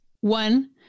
one